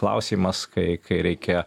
klausimas kai kai reikia